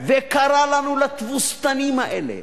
וקרא לנו, לתבוסתנים האלה,